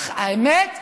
האמת,